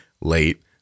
late